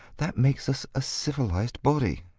that makes us a civilised body.